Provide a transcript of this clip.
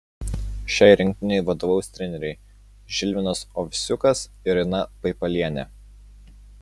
šiai rinktinei vadovaus treneriai žilvinas ovsiukas ir ina paipalienė